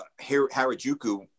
Harajuku